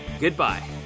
goodbye